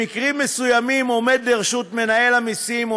במקרים מסוימים עומד לרשות מנהל המסים או